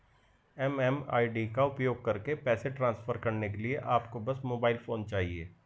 MMID का उपयोग करके पैसे ट्रांसफर करने के लिए आपको बस मोबाइल फोन चाहिए